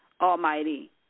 Almighty